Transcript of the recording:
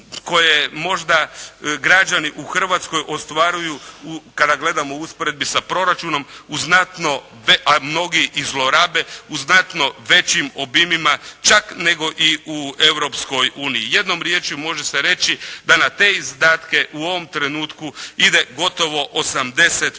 koje možda građani u Hrvatskoj ostvaruju, kada gledamo u usporedbi sa proračunom, a mnogi i zlorabe u znatno većim obimima, čak nego i u Europskoj uniji. Jednom riječju može se reći da na te izdatke u ovom trenutku ide gotovo 80%